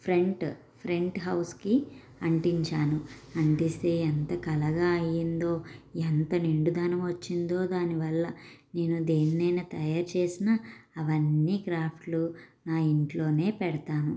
front front హౌస్కి అంటించాను అంటిస్తే ఎంత కళగా అయ్యిందో ఎంత నిండుదనం వచ్చిందో దానివల్ల నేను దేనినైనా తయారుచేసిన అవన్నీ క్రాఫ్ట్లు నా ఇంట్లోనే పెడతాను